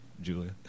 Julia